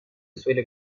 suele